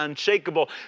Unshakable